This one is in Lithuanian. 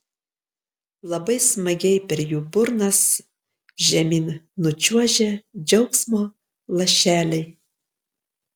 labai smagiai per jų burnas žemyn nučiuožia džiaugsmo lašeliai